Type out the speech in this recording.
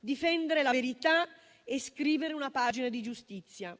difendere la verità e scrivere una pagina di giustizia,